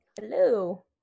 Hello